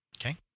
Okay